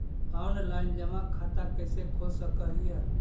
Online जमा खाता कैसे खोल सक हिय?